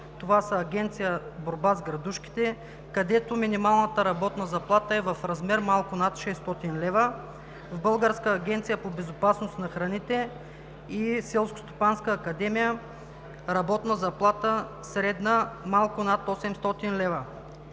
това са Агенцията за борба с градушките, където минималната работна заплата е в размер малко над 600 лв.; в Българската агенция по безопасност на храните и Селскостопанската академия – средна работна заплата малко над 800 лв.;